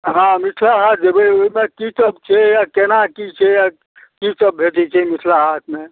हँ मिथिला हाट जएबै ओहिमे कि सब छै आओर कोना कि छै आओर कि सब भेटै छै मिथिला हाटमे